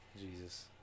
Jesus